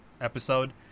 episode